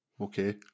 Okay